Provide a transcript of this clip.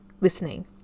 listening